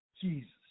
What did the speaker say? Jesus